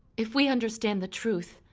if we understand the truth,